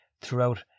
throughout